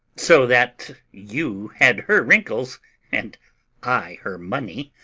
so that you had her wrinkles and i her money,